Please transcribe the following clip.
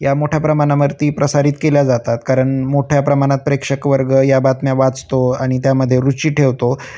या मोठ्या प्रमाणावरती प्रसारित केल्या जातात कारण मोठ्या प्रमाणात प्रेक्षकवर्ग या बातम्या वाचतो आणि त्यामध्ये रुची ठेवतो